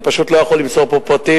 אני פשוט לא יכול למסור פה פרטים,